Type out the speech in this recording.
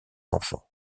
enfants